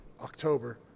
October